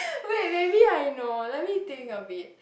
wait maybe I know let me think of it